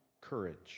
courage